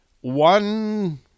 one